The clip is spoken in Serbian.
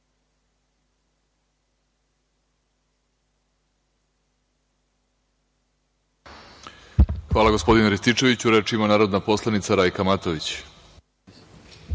Hvala, gospodine Rističeviću. Reč ima narodna poslanica Rajka Matović.